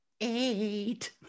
Eight